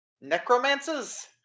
Necromancers